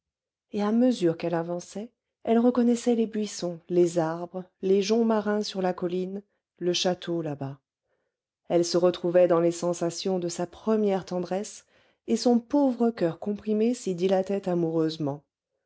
et à mesure qu'elle avançait elle reconnaissait les buissons les arbres les joncs marins sur la colline le château là-bas elle se retrouvait dans les sensations de sa première tendresse et son pauvre coeur comprimé s'y dilatait amoureusement